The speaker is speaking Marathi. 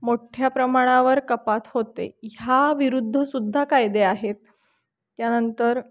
मोठ्या प्रमाणावर कपात होते ह्या विरुद्ध सुद्धा कायदे आहेत त्यानंतर